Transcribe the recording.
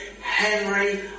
Henry